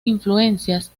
influencias